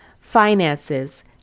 finances